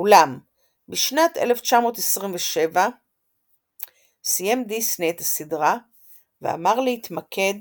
אולם בשנת 1927 סיים דיסני את הסדרה ועבר להתמקד